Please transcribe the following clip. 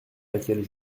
laquelle